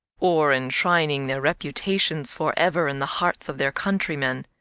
or enshrining their reputations forever in the hearts of their countrymen,